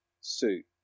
suit